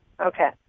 Okay